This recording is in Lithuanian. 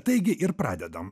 taigi ir pradedam